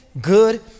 good